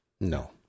No